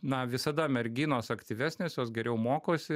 na visada merginos aktyvesnės jos geriau mokosi